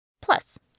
Plus